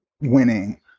winning